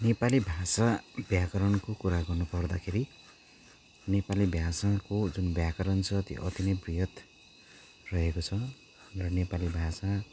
नेपाली भाषा व्याकरणको कुरा गर्नुपर्दाखेरि नेपाली भाषाको जुन व्याकरण छ त्यो अति नै बृहत रहेको छ र नेपाली भाषा